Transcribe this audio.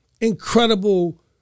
incredible